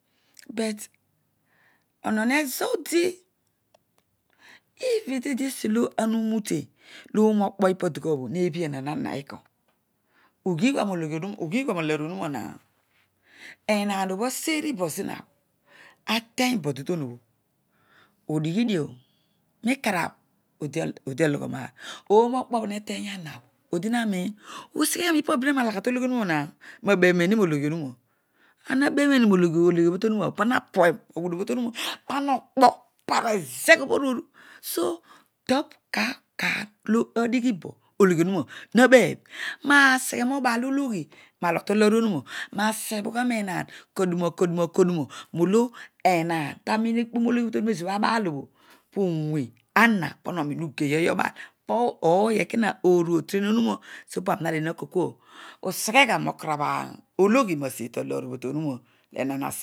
But ohou ezo odi even teedi esuolo oma ioroute looroo okpo iba pa bho nee bhvoriaa hia eko ughiigha moloyui ohuirea ughilgha roaloor owura wa ehaan obho aseri bo zina bho atinybo dodoin obho i udighidio raikarabh odiala yhom aar oimokpobho he triy amabho odnia nhi usegha mipa behaan. nologh lo iogha. Ahunaua mabebhneni mologhi ouumauai ana bebh nerri nologh onuroa pana okpo pana ezegh bho oru so tabh kaar kaar bho adighilo ologhi onuroa na bebh naseghe nobaa loghi nalogh taloor onuro nasejhagha roehaan karduma kaduma kaduroa molo enaan tanio ekpom ologhi obho tonuma ezobho abaal obho powe ana pana oroiw uyeooy obal po ooy eko oru oteen onura so pan nadeghe nako kua, useghegha rookara ologhi naseoi taloor obho tonuna loene nasebh